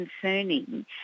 concerning